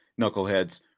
knuckleheads